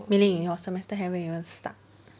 mei ling your semester haven't even start